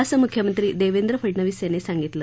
असं मुख्यमंत्री देवेंद्र फडनवीस यांनी सांगितलं